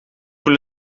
voel